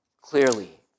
clearly